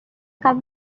কাম